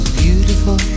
beautiful